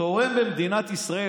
תורם במדינת ישראל,